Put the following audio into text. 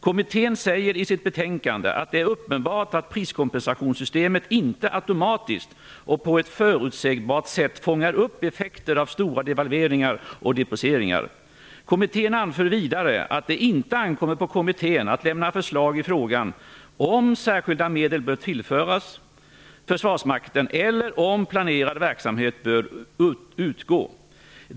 Kommittén säger i sitt betänkande att det är uppenbart att priskompensationssystemet inte automatiskt och på ett förutsägbart sätt fångar upp effekter av stora devalveringar och deprecieringar. Kommittén anför vidare att det inte ankommer på kommittén att lämna förslag i frågan om särskilda medel bör tillföras Försvarsmakten eller om planerad verksamhet bör utgå.